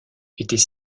était